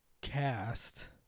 cast